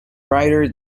rider